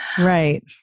Right